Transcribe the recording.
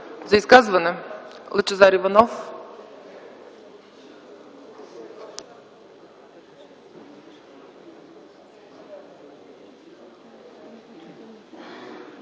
За изказване – Лъчезар Иванов.